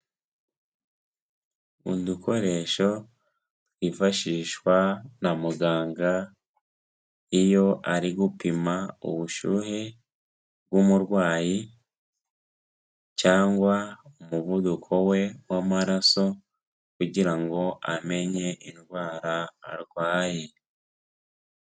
Udukoresho twifashishwa na muganga iyo ari gupima ubushyuhe bw'umurwayi cyangwa umuvuduko we w'amaraso kugira ngo amenye indwara arwaye.